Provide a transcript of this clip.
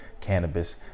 cannabis